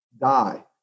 die